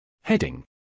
Heading